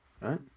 Right